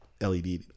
LED